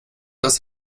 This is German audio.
das